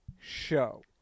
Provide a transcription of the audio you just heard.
show